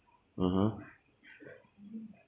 (uh huh)